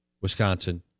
Wisconsin